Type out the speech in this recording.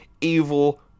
evil